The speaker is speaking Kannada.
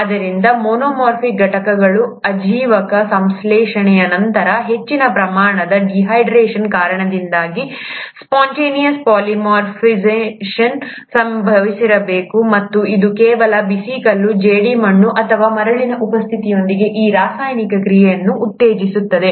ಆದ್ದರಿಂದ ಮೊನೊಮೆರಿಕ್ ಘಟಕಗಳ ಅಜೀವಕ ಸಂಶ್ಲೇಷಣೆಯ ನಂತರ ಹೆಚ್ಚಿನ ಪ್ರಮಾಣದ ಡಿಹೈಡ್ರೇಶನ್ ಕಾರಣದಿಂದಾಗಿ ಸ್ಪೊನ್ಟೇನಿಯಸ್ ಪಾಲಿಮರೈಝೇಷನ್ ಸಂಭವಿಸಿರಬೇಕು ಮತ್ತು ಅದು ಕೇವಲ ಬಿಸಿ ಕಲ್ಲು ಜೇಡಿಮಣ್ಣು ಅಥವಾ ಮರಳಿನ ಉಪಸ್ಥಿತಿಯಿಂದಾಗಿ ಈ ರಾಸಾಯನಿಕ ಕ್ರಿಯೆಯನ್ನು ಉತ್ತೇಜಿಸುತ್ತದೆ